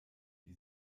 die